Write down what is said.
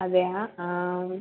അതെയോ ആ